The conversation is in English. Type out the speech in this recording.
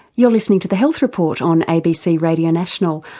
you're listening to the health report on abc radio national,